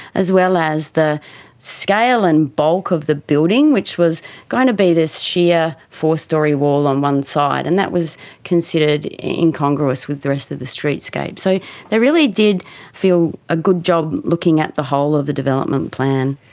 as well as the scale and bulk of the building which was going to be this sheer four-storey wall on one side, and that was considered incongruous with the rest of the streetscape. so they really did a ah good job looking at the whole of the development plan.